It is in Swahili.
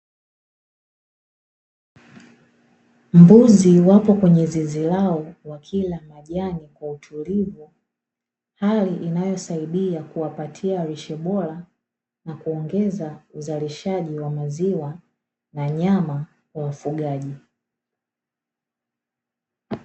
Mbuzi wapo kwenye zizi lao wakila majani kwa utuli hali inayowasaidia kuwapatia lishe bora na kuongeza uzalishaji wa maziwa na nyama kwa mfugaji.